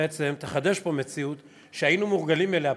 בעצם תחדש פה מציאות שהיינו מורגלים אליה פעם,